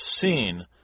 seen